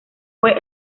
fue